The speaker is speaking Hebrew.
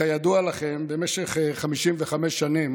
כידוע לכם, במשך 55 שנים